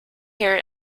hair